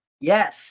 Yes